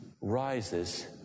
rises